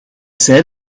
zei